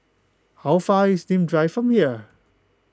how far is Nim Drive from here